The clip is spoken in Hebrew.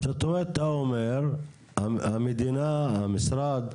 זאת אומרת, אתה אומר שהמדינה, המשרד,